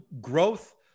growth